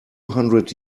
hundred